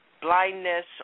blindness